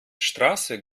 straße